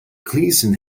gleason